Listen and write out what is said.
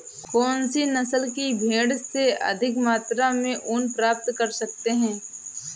कौनसी नस्ल की भेड़ से अधिक मात्रा में ऊन प्राप्त कर सकते हैं?